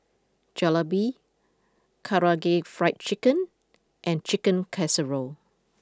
Jalebi Karaage Fried Chicken and Chicken Casserole